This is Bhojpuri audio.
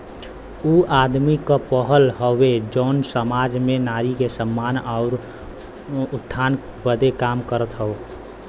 ऊ आदमी क पहल हउवे जौन सामाज में नारी के सम्मान आउर उत्थान बदे काम करत हौ